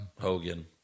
hogan